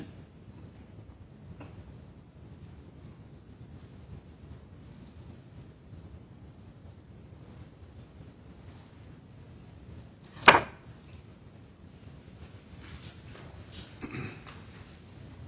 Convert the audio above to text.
from